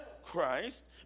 Christ